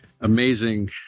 amazing